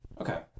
Okay